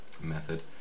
method